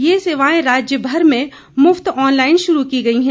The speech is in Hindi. ये सेवाएं राज्यभर में मुफ्त ऑनलाइन शुरू की गई हैं